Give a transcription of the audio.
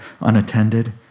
unattended